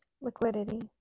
Liquidity